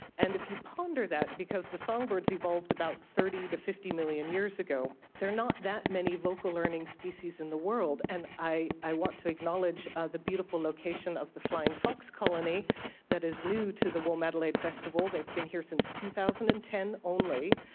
and if you ponder that, because the songbirds involved about thirty to fifty million years ago, there are not that many vocal learning species in the world. and i i want to acknowledge ah the beautiful location of the flying fox colony that is new to the womadelaide festival, they've been here since two thousand and ten only.